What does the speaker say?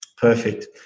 Perfect